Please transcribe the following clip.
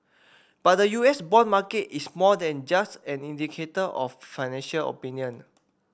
but the U S bond market is more than just an indicator of financial opinion